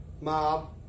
mob